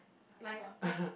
like I